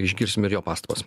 išgirsim ir jo pastabas